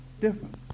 different